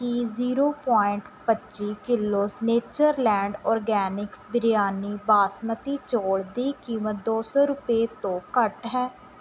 ਕੀ zero point ਪੱਚੀ kilos Nature Land Organics biryani basmati ਚੌਲ ਦੀ ਕੀਮਤ ਦੋ ਸੌ ਰੁਪਏ ਤੋਂ ਘੱਟ ਹੈ